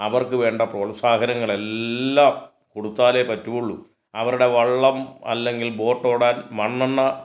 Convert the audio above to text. അവർക്ക് വേണ്ട പ്രോത്സാഹനങ്ങൾ എല്ലാം കൊടുത്താലേ പറ്റുളളൂ അവരുടെ വള്ളം അല്ലെങ്കിൽ ബോട്ട് ഓടാൻ മണ്ണണ്ണ